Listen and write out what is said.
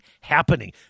happening